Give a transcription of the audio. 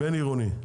בין-עירוני?